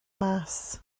mas